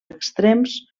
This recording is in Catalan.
extrems